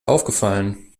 aufgefallen